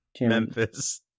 Memphis